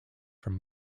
from